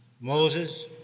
Moses